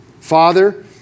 Father